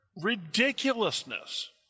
ridiculousness